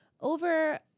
Over